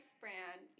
brand